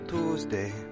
Tuesday